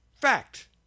Fact